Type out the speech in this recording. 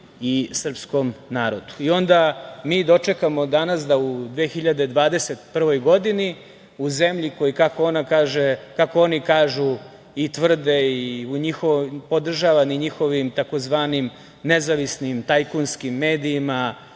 i srpskom narodu. Onda mi dočekamo danas da u 2021. godini, u zemlji koja, kako oni kažu i tvrde i u podržavanim njihovim tzv. „nezavisnim“ tajkunskim medijima,